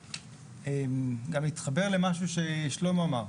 אתחבר למשהו ששלמה אמר.